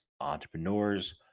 entrepreneurs